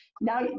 now